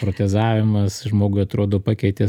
protezavimas žmogui atrodo pakeitė